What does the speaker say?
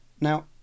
Now